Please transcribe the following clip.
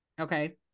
okay